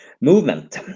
movement